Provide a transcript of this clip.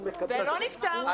זה לא נפתר.